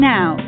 Now